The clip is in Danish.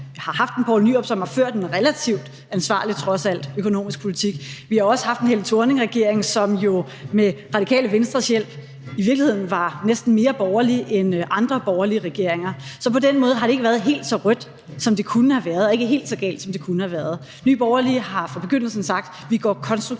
har ført en trods alt relativt ansvarlig økonomisk politik, og vi har også haft en Helle Thorning-Schmidt-regering, som jo med Radikale Venstres hjælp i virkeligheden var næsten mere borgerlig end egentlige borgerlige regeringer. Så på den måde har det ikke var helt så rødt, som det kunne have været, og ikke helt så galt, som det kunne have været. Nye Borgerlige har fra begyndelsen sagt, at vi går konstruktivt